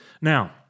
Now